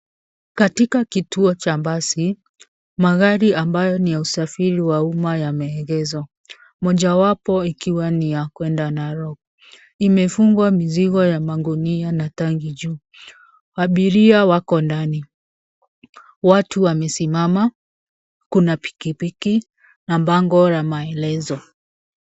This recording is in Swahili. Katika kituo cha basi ,magari ambayo ni ya usafiri wa umma yameegezwa. Mojawapo ikiwa ni ya kwenda narok. Imefungwa mizigo ya magunia na tangi juu. Abiria wako ndani. Watu wamesimama, kuna pikipiki na bango la maelezo.